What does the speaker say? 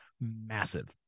massive